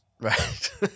Right